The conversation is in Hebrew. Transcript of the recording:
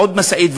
עוד משאית,